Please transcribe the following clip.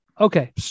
Okay